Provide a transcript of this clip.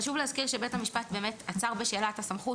חשוב להזכיר שבית המשפט עצר בשאלת הסמכות,